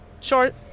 short